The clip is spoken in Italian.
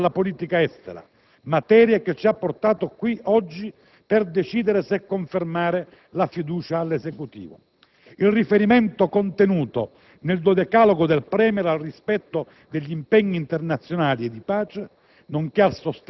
a cominciare dalla politica estera, materia che ci ha portato qui oggi per decidere se confermare la fiducia all'Esecutivo. Il riferimento contenuto nel dodecalogo del *premier* al rispetto degli impegni internazionali e di pace,